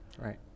Right